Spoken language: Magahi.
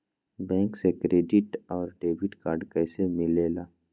बैंक से क्रेडिट और डेबिट कार्ड कैसी मिलेला?